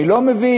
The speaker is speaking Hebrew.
אני לא מבין.